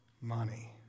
money